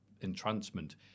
entrancement